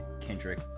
Kendrick